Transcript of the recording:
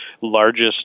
largest